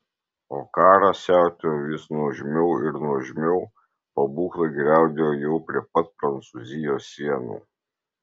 o karas siautėjo vis nuožmiau ir nuožmiau pabūklai griaudėjo jau prie pat prancūzijos sienų